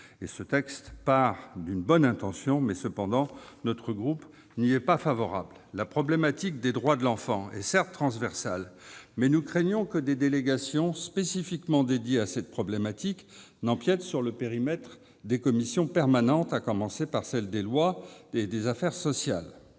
Ce texte part d'une bonne intention. Cependant, notre groupe n'y est pas favorable. La problématique des droits de l'enfant est certes transversale, mais nous craignons que des délégations qui y seraient spécifiquement dédiées n'empiètent sur le périmètre des commissions permanentes, à commencer par celles des lois et des affaires sociales.